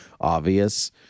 obvious